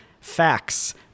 facts